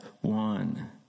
one